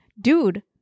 dude